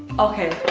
okay.